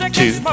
two